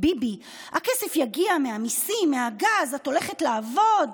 ביבי: הכסף יגיע מהמיסים, מהגז, את הולכת לעבוד.